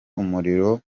umuriro